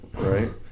Right